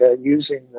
using